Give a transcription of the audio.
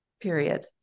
period